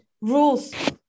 rules